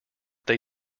they